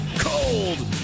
cold